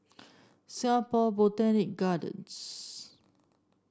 Singapore Botanic Gardens